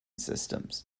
systems